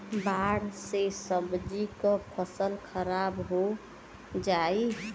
बाढ़ से सब्जी क फसल खराब हो जाई